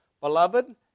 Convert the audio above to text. Beloved